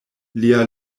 lia